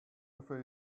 before